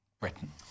Britain